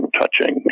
touching